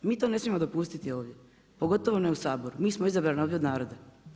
Mi to ne smijemo dopustiti ovdje pogotovo ne u Saboru, mi smo izabrani ovdje od naroda.